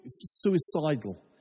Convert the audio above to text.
suicidal